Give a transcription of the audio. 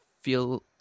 feel